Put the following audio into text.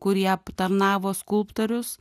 kurie aptarnavo skulptorius